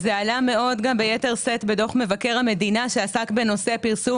זה עלה ביתר שאת גם בדוח מבקר המדינה שעסק בנושא פרסום